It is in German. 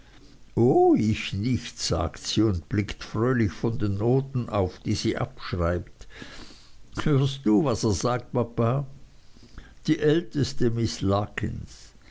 o ich nicht sagt sie und blickt fröhlich von den noten auf die sie abschreibt hörst du was er sagt papa die älteste miß